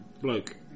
bloke